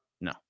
No